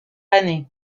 année